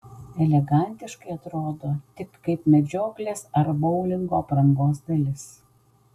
elegantiškai atrodo tik kaip medžioklės ar boulingo aprangos dalis